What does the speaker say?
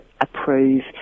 approve